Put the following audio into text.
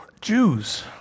Jews